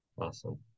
Awesome